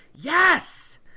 yes